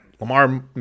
Lamar